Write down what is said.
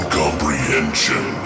comprehension